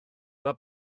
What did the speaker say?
mae